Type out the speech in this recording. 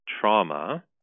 trauma